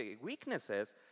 weaknesses